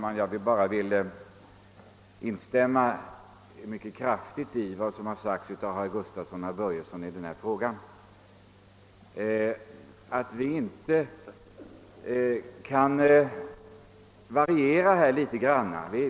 Herr talman! Jag vill mycket kraftigt instämma i vad som har sagts av herr Gustafson i Göteborg och herr Börjesson i Falköping. Vi borde kunna variera oss något.